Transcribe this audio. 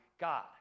God